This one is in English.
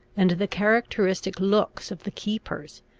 and the characteristic looks of the keepers,